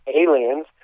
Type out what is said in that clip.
aliens